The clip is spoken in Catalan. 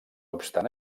obstant